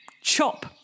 chop